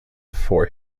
for